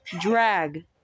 Drag